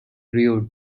rude